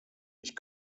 ich